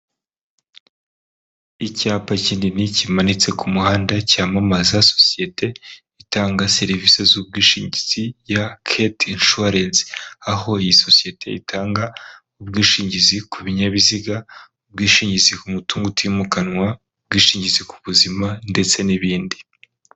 Icyapa kinini kimanitse ku muhanda cyamamaza sosiyete itanga serivisi z'ubwishingizi ya kete inshuwarense, aho iyi sosiyete itanga ubwishingizi ku binyabiziga, ubwishingizi ku mutungo utimukanwa, ubwishingizi ku buzima ndetse n'ibindi.